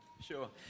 Sure